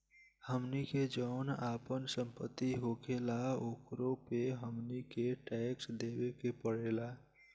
हमनी के जौन आपन सम्पति होखेला ओकरो पे हमनी के टैक्स देबे के पड़ेला